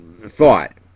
thought